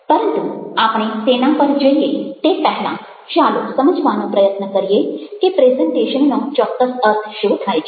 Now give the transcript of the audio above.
પરંતુ આપણે તેના પર જઈએ તે પહેલાં ચાલો સમજવાનો પ્રયત્ન કરીએ કે પ્રેઝન્ટેશનનો ચોક્કસ અર્થ શો થાય છે